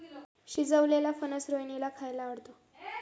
शिजवलेलेला फणस रोहिणीला खायला आवडतो